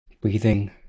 Breathing